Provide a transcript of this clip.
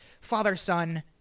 father-son